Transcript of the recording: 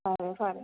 ꯐꯔꯦ ꯐꯔꯦ